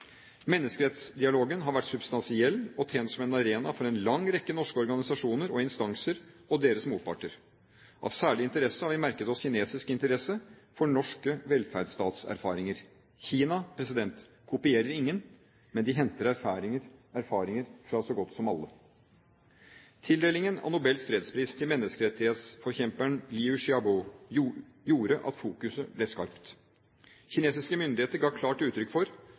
Menneskerettsdialogen har vært substansiell og tjent som en arena for en lang rekke norske organisasjoner og instanser og deres motparter. Av særlig interesse har vi merket oss kinesisk interesse for norske velferdsstatserfaringer. Kina kopierer ingen, men de henter erfaringer fra så godt som alle. Tildelingen av Nobels fredspris til menneskerettighetsforkjemperen Liu Xiaobo gjorde at fokuset ble skarpt. Kinesiske myndigheter ga klart uttrykk for,